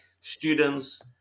students